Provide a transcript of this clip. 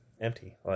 empty